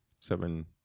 seven